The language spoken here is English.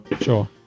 Sure